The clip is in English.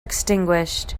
extinguished